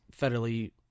federally